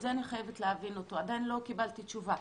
את זה אני חייבת להבין, עדיין לא קיבלתי תשובה.